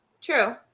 True